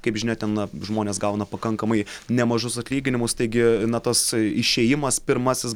kaip žinia ten žmonės gauna pakankamai nemažus atlyginimus taigi na tas išėjimas pirmasis